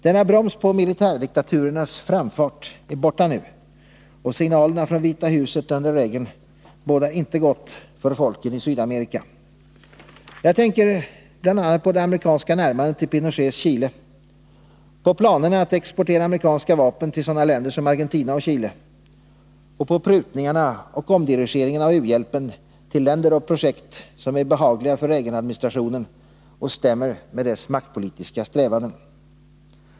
Denna broms på militärdiktaturernas framfart är borta nu, och signalerna från Vita huset under Reagan bådar inte gott för folken i Sydamerika. Jag tänker bl.a. på det amerikanska närmandet till Pinochets Chile, på planerna att exportera amerikanska vapen till sådana länder som Argentina och Chile och på prutningarna och omdirigeringen av u-hjälpen till länder och projekt som är behagliga för Reaganadministrationen och stämmer med dess maktpolitiska strävanden.